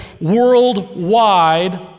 worldwide